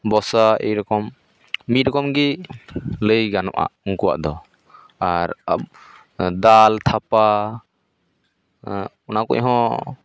ᱵᱚᱥᱟ ᱮᱭᱨᱚᱠᱚᱢ ᱢᱤᱫᱨᱚᱠᱚᱢ ᱜᱤ ᱞᱟᱹᱭ ᱜᱟᱱᱚᱜᱼᱟ ᱩᱱᱠᱩᱣᱟᱜ ᱫᱚ ᱟᱨ ᱫᱟᱞ ᱛᱷᱟᱯᱟ ᱚᱱᱟ ᱠᱚᱦᱚᱸ